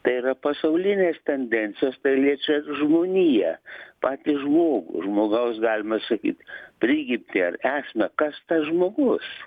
tai yra pasaulinės tendencijos tai liečia žmoniją patį žmogų žmogaus galima sakyt prigimtį ar esmę kas tas žmogus